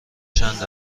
چند